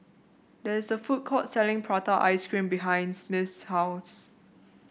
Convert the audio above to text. there is a food court selling Prata Ice Cream behinds Smith's house